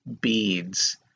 beads